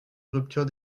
rupture